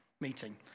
meeting